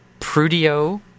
Prudio